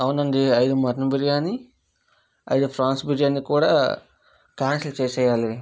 అవునండీ అయిదు మటన్ బిర్యానీ అయిదు ప్రాన్స్ బిర్యానీ కూడా కాన్సల్ చేసేయాలి